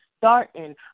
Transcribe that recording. starting